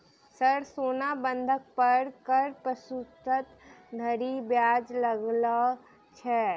Sir सोना बंधक पर कऽ प्रतिशत धरि ब्याज लगाओल छैय?